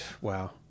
Wow